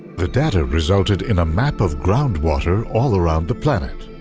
the data resulted in a map of ground water all around the planet.